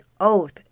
oath